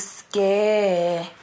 scared